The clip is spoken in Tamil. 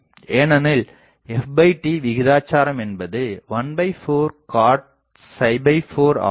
ஏனெனில் fd விகிதாச்சாரம் என்பது 14cot 4ஆகும்